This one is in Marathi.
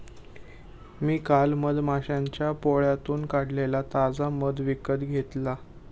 मी काल मधमाश्यांच्या पोळ्यातून काढलेला ताजा मध विकत घेतला